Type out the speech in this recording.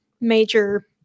major